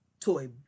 toy